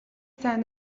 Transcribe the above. сайн